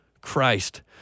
Christ